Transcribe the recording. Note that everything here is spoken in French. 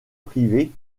privée